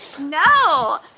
no